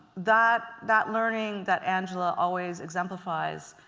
that that learning that angela always exemplifies,